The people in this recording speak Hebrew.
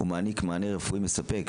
ומעניק מענה רפואי מספק,